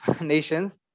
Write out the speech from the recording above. Nations